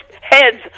heads